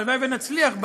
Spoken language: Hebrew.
והלוואי שנצליח.